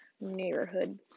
neighborhood